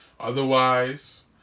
Otherwise